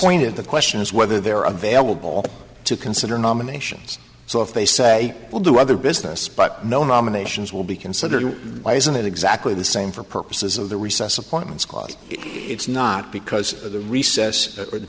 point of the question is whether they're available to consider nominations so if they say well do other business but no nominations will be considered why isn't it exactly the same for purposes of the recess appointments clause it's not because of the recess or the